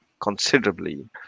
considerably